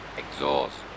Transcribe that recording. exhaust